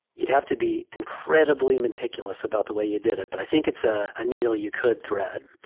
you'd have to be incredibly meticulous about the way you did it. but i think it's a aneel you could thread.